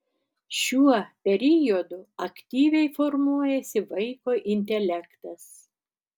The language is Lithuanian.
šiuo periodu aktyviai formuojasi vaiko intelektas